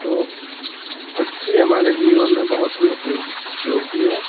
तो पक्षी हमारे जीवन में बहुत ही उपयोग उपयोगी हैं